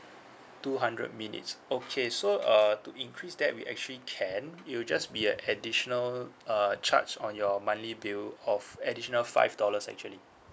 two hundred minutes okay so uh to increase that we actually can it will just be a additional uh charge on your monthly bill of additional five dollars actually